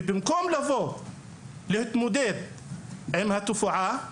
ובמקום לבוא ולהתמודד עם התופעה הזו,